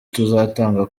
tuzatanga